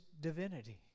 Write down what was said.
divinity